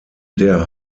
der